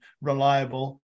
reliable